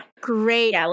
Great